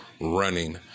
running